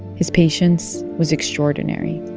his patience was extraordinary.